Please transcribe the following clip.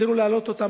כשהתחילו להעלות אותם,